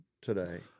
today